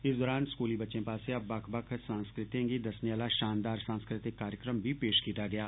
इस दौरान स्कूली बच्चे पास्सेया बक्ख बक्ख संस्कृतियें गी दस्सने आहला शानदार सांस्कृतिक कार्यक्रम बी पेश कीता गेया